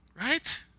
Right